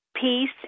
peace